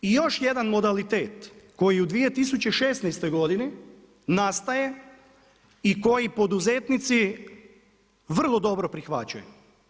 I još jedan modalitet koji u 2016. godini nastaje i koji poduzetnici vrlo dobro prihvaćaju.